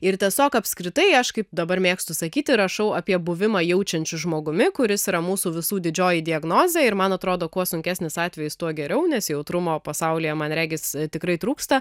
ir tiesiog apskritai aš kaip dabar mėgstu sakyti rašau apie buvimą jaučiančiu žmogumi kuris yra mūsų visų didžioji diagnozė ir man atrodo kuo sunkesnis atvejis tuo geriau nes jautrumo pasaulyje man regis tikrai trūksta